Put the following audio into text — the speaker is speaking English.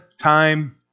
time